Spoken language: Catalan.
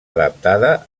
adaptada